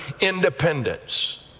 independence